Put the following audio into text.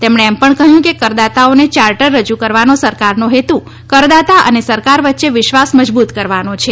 તેમણે એમ પણ કહ્યું હતું કે કરદાતાઓને ચાર્ટર રજૂ કરવાનો સરકારનો હેતુ કરદાતા અને સરકાર વચ્ચે વિશ્વાસ મજૂબત કરવાનો છે